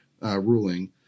ruling